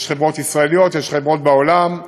יש חברות ישראליות, יש חברות בעולם,